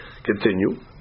Continue